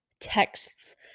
texts